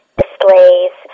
displays